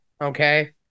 okay